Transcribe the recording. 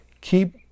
keep